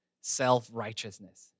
self-righteousness